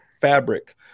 fabric